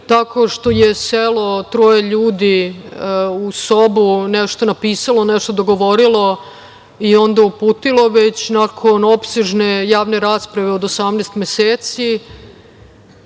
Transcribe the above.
tako što je selo troje ljudi u sobu, nešto napisalo, nešto dogovorilo i onda uputilo, već nakon opsežne javne rasprave od 18 meseci